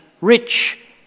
rich